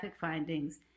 findings